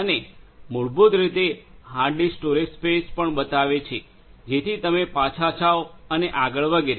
અને આ મૂળભૂત રીતે હાર્ડ ડિસ્ક સ્ટોરેજ સ્પેસ પણ બતાવે છે જેથી તમે પાછા જાઓ અને આગળ વગેરે